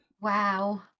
Wow